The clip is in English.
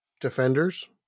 Defenders